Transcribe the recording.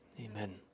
Amen